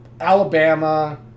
Alabama